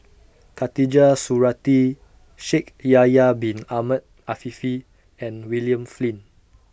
Khatijah Surattee Shaikh Yahya Bin Ahmed Afifi and William Flint